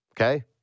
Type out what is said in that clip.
Okay